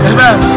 Amen